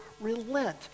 relent